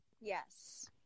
Yes